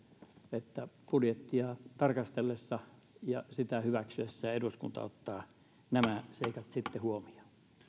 että budjettia tarkastellessaan ja sitä hyväksyessään eduskunta ottaa sitten nämä seikat huomioon